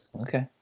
Okay